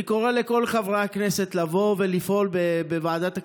אני קורא לכל חברי הכנסת לבוא ולפעול בוועדת הכספים.